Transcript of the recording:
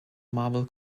marvel